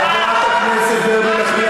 חברת הכנסת נחמיאס ורבין,